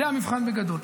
זה המבחן בגדול.